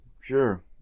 Sure